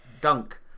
Dunk